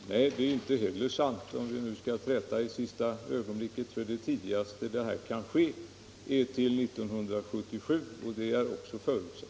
Herr talman! Nej, det är inte heller sant, om vi nu skall träta i sista ögonblicket. Det tidigaste denna verksamhet kan komma i gång är till 1977 och det är också förutsett.